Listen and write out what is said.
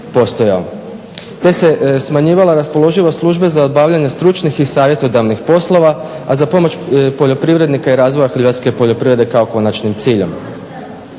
te se smanjivala raspoloživost službe za obavljanje stručnih i savjetodavnih poslova, a za pomoć poljoprivrednika i razvoja hrvatske poljoprivrede kao konačnim ciljem.